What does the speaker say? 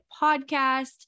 podcast